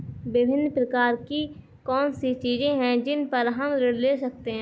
विभिन्न प्रकार की कौन सी चीजें हैं जिन पर हम ऋण ले सकते हैं?